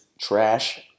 Trash